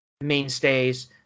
mainstays